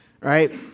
right